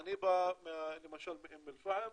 אני בא למשל מאום אל פחם,